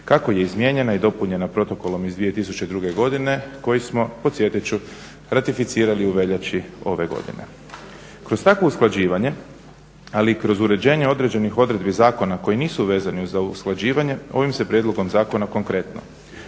kako je izmijenjena i dopunjena protokolom iz 2002. godine koji smo, podsjetit ću, ratificirali u veljači ove godine. Kroz takvo usklađivanje, ali i kroz uređenje određenih odredbi zakona koji nisu vezano za usklađivanje, ovim se prijedlogom zakona konkretno